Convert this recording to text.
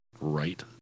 Right